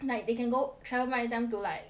like they can go travel back in time to like